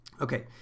Okay